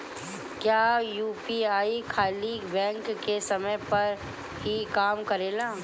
क्या यू.पी.आई खाली बैंक के समय पर ही काम करेला?